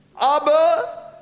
Abba